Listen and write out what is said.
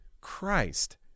Christ